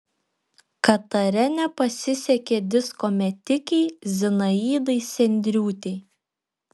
katare nepasisekė disko metikei zinaidai sendriūtei